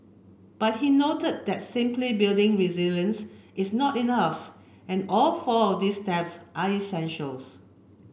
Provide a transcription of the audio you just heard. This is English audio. but he note that simply building resilience is not enough and all four of these steps are essentials